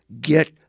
Get